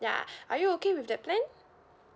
ya are you okay with that plan